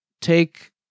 Take